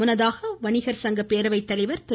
முன்னதாக வணிகர் சங்க பேரவை தலைவர் திரு